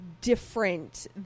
different